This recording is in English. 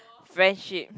friendship